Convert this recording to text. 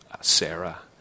Sarah